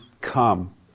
come